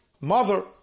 mother